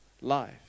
life